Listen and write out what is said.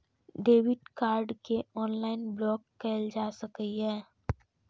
debit card कें online block कैल जा सकैए